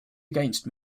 against